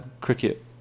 cricket